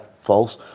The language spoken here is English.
false